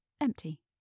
Empty